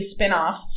spinoffs